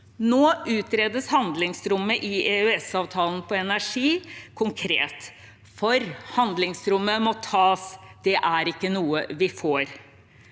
Nå utredes handlingsrommet i EØS-avtalen på energi konkret – for handlingsrommet må tas, det er ikke noe vi får.